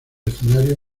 escenario